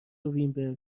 وینبرگ